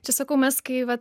čia sakau mes kai va